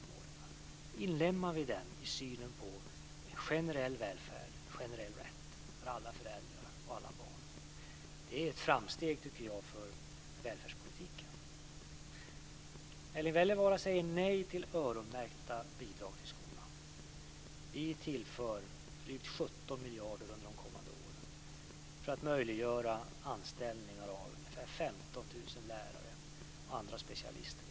Vi inlemmar den i synen på generell välfärd och generell rätt för alla föräldrar och alla barn. Jag tycker att det är ett framsteg för välfärdspolitiken. Erling Wälivaara säger nej till öronmärkta bidrag till skolan. Vi tillför drygt 17 miljarder kronor under de kommande åren för att möjliggöra anställning av ungefär 15 000 lärare och andra specialister i skolan.